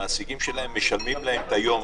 המעסיקים שלהם משלמים להם את היום הזה.